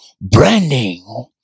branding